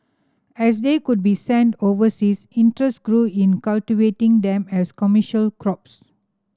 as they could be sent overseas interest grew in cultivating them as commercial crops